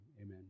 amen